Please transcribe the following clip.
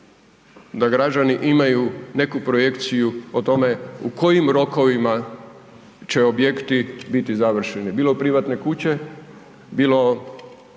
da građani imaju nekakvu projekciju o tome u kojim rokovima će objekti biti završeni, bilo privatne kuće, bilo